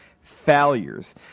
failures